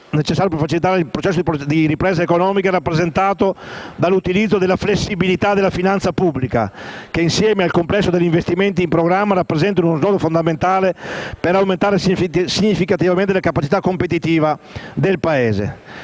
necessario per facilitare il processo di ripresa economica, è rappresentato dall'utilizzo della flessibilità della finanza pubblica che, insieme al complesso degli investimenti in programma, rappresenta uno snodo fondamentale per aumentare significativamente le capacità competitive del Paese.